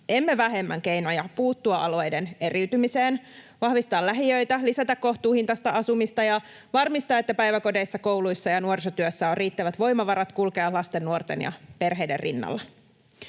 emme vähemmän, keinoja puuttua alueiden eriytymiseen, vahvistaa lähiöitä, lisätä kohtuuhintaista asumista ja varmistaa, että päiväkodeissa, kouluissa ja nuorisotyössä on riittävät voimavarat kulkea lasten, nuorten ja perheiden rinnalla.